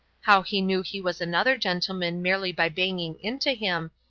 how he knew he was another gentleman merely by banging into him,